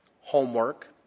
homework